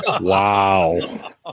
Wow